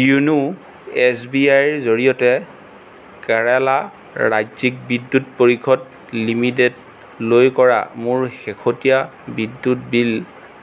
য়োনো S B আইৰ জৰিয়তে কেৰালা ৰাজ্যিক বিদ্যুৎ পৰিষদ লিমিটেডলৈ কৰা মোৰ শেহতীয়া বিদ্যুৎ বিল